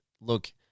look